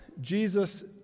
Jesus